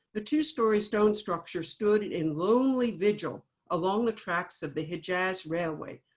the two-story stone structure stood in lonely vigil along the tracks of the hejaz railway,